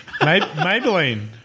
Maybelline